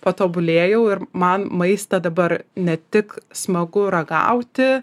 patobulėjau ir man maistą dabar ne tik smagu ragauti